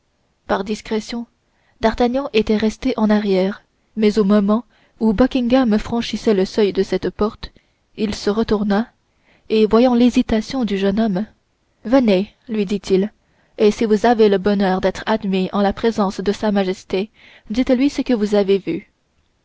par discrétion d'artagnan était resté en arrière mais au moment où buckingham franchissait le seuil de cette porte il se retourna et voyant l'hésitation du jeune homme venez lui dit-il et si vous avez le bonheur d'être admis en la présence de sa majesté dites-lui ce que vous avez vu